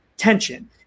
tension